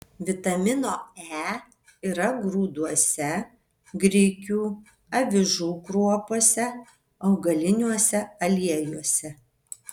vitamino e yra grūduose grikių avižų kruopose augaliniuose aliejuose